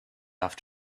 off